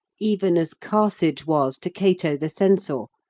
even as carthage was to cato the censor,